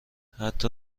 حتی